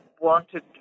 wanted